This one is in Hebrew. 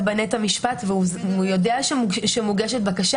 הוא צד ב-נט המשפט והוא יודע שמוגשת בקשה.